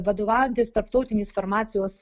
vadovaujantis tarptautinės farmacijos